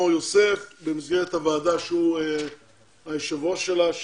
מור-יוסף במסגרת הוועדה שהוא היושב-ראש שלה,